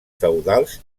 feudals